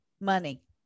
money